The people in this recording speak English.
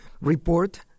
report